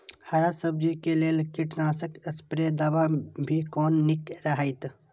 हरा सब्जी के लेल कीट नाशक स्प्रै दवा भी कोन नीक रहैत?